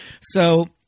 So-